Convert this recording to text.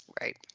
Right